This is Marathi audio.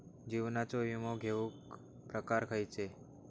जीवनाचो विमो घेऊक प्रकार खैचे?